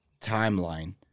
timeline